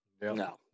no